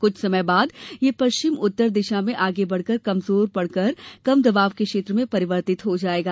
कुछ समय बाद यह पश्चिम उत्तर दिशा में आगे बढ़ कर कमजोर पड़ कर कम दवाब के क्षेत्र में परिवर्तित हो जायेगा